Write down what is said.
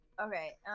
Okay